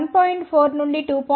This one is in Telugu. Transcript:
4 నుండి 2